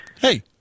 Hey